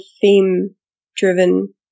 theme-driven